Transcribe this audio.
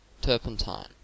turpentine